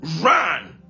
run